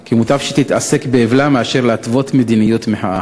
כי מוטב שתתעסק באבלה מאשר שתתווה מדיניות מחאה.